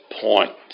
point